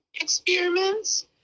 experiments